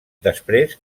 després